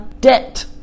debt